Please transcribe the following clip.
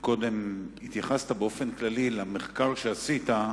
קודם אתה התייחסת באופן כללי למחקר שעשית,